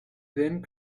then